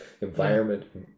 environment